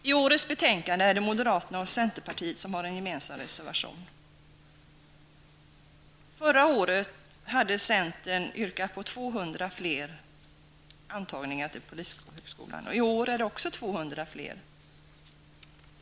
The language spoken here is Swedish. I årets betänkande är det moderaterna och centern som har en gemensam reservation. Förra året hade centern yrkat på 200 fler antagningar till polishögskolan, och i år yrkar centern också på 200 fler.